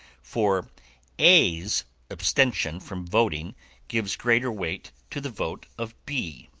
for a's abstention from voting gives greater weight to the vote of b.